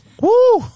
Woo